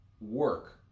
work